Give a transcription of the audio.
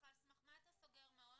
שאלתי אותך על סמך מה אתה סוגר מעון.